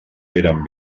feren